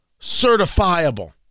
certifiable